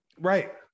right